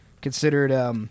considered